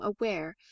aware